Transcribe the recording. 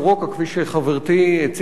שכפי שחברתי הציגה אותה,